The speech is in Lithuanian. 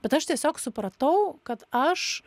bet aš tiesiog supratau kad aš